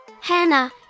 Hannah